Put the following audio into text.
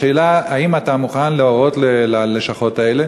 השאלה היא: האם אתה מוכן להורות ללשכות האלה,